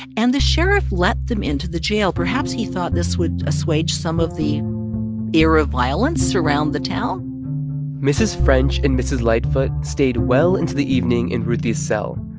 and the sheriff let them into the jail. perhaps he thought this would assuage some of the air of violence around the town mrs. french and mrs. lightfoot stayed well into the evening in ruthie's cell.